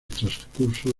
transcurso